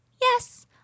Yes